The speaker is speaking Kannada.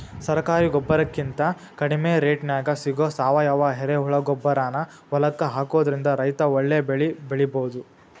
ಸರಕಾರಿ ಗೊಬ್ಬರಕಿಂತ ಕಡಿಮಿ ರೇಟ್ನ್ಯಾಗ್ ಸಿಗೋ ಸಾವಯುವ ಎರೆಹುಳಗೊಬ್ಬರಾನ ಹೊಲಕ್ಕ ಹಾಕೋದ್ರಿಂದ ರೈತ ಒಳ್ಳೆ ಬೆಳಿ ಬೆಳಿಬೊದು